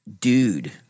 Dude